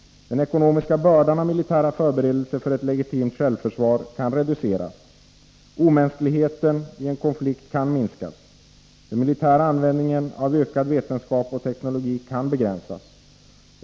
Den ekonomiska bördan av militära förberedelser för ett legitimt självförsvar kan reduceras. Omänskligheten i en konflikt kan minskas. Den militära användningen av ökad vetenskap och teknologi kan begränsas.